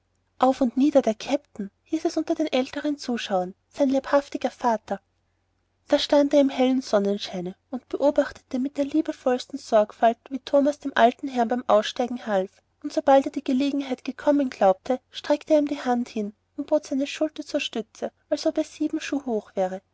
auf und nieder der kapitän hieß es unter den älteren zuschauern sein leibhaftiger vater da stand er im hellen sonnenscheine und beobachtete mit der liebevollsten sorgfalt wie thomas dem alten herrn beim aussteigen half und sobald er die gelegenheit gekommen glaubte streckte er ihm die hand hin und bot seine schulter zur stütze als ob er sieben schuh hoch wäre